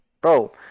Bro